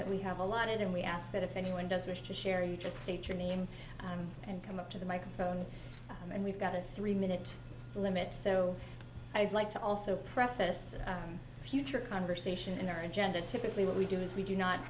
that we have allotted and we ask that if anyone does wish to share you just state your name and come up to the microphone and we've got a three minute limit so i'd like to also preface future conversation and our agenda typically what we do is we do not